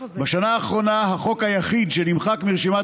בשנה האחרונה החוק היחיד שנמחק מרשימת